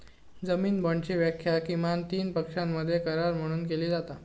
जामीन बाँडची व्याख्या किमान तीन पक्षांमधलो करार म्हणून केली जाता